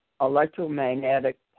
electromagnetic